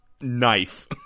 knife